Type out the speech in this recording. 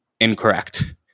Incorrect